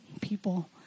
people